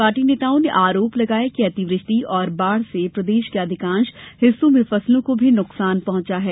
party नेताओं ने आरोप लगाया है कि अतिवृष्टि और बाढ़ से प्रदेश के अधिकांश हिस्सों में फसलों को भी नुकसान पहुंचा है